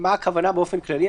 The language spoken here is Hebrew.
מה הכוונה באופן כללי?